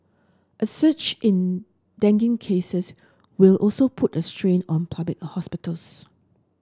a search in dengue cases will also put a strain on public hospitals